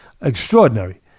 Extraordinary